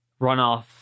runoff